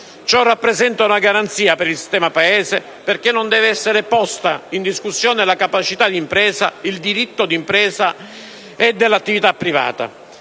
Ciò rappresenta una garanzia per il sistema Paese, perché non deve essere posta in discussione la capacità d'impresa, il diritto d'impresa e dell'attività privata.